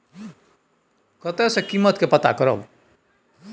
कतय सॅ कीमत के पता करब?